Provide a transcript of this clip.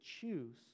choose